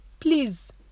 Please